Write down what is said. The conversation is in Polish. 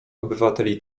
obywateli